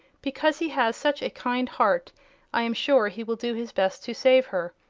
because he has such a kind heart i am sure he will do his best to save her.